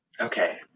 Okay